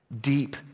deep